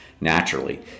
naturally